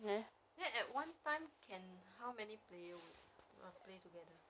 then at one time can how many player would play together